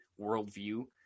worldview